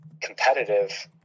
competitive